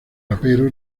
rapero